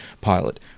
pilot